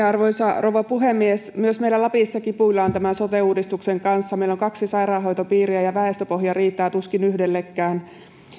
arvoisa rouva puhemies myös meillä lapissa kipuillaan tämän sote uudistuksen kanssa meillä on kaksi sairaanhoitopiiriä ja väestöpohja riittää tuskin yhdellekään